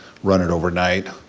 run it overnight,